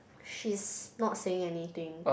she's not saying anything